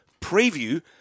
preview